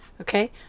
Okay